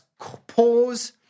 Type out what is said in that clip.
pause